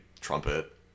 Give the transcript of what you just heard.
trumpet